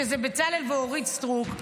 שזה בצלאל ואורית סטרוק,